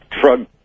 drug